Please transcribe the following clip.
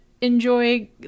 enjoy